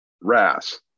RAS